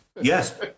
Yes